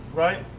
right?